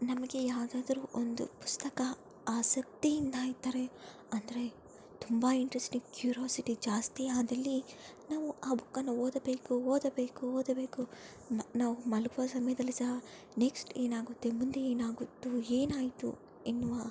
ನಮಗೆ ಯಾವುದಾದ್ರೂ ಒಂದು ಪುಸ್ತಕ ಆಸಕ್ತಿಯಿಂದ ಇದ್ದರೆ ಅಂದರೆ ತುಂಬ ಇಂಟ್ರೆಸ್ಟಿಂಗ್ ಕ್ಯೂರೋಸಿಟಿ ಜಾಸ್ತಿ ಆದಲ್ಲಿ ನಾವು ಆ ಬುಕ್ಕನ್ನು ಓದಬೇಕು ಓದಬೇಕು ಓದಬೇಕು ನಾವು ಮಲಗುವ ಸಮಯದಲ್ಲಿ ಸಹ ನೆಕ್ಸ್ಟ್ ಏನಾಗುತ್ತೆ ಮುಂದೆ ಏನಾಗುತ್ತೋ ಏನಾಯಿತೋ ಎನ್ನುವ